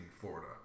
Florida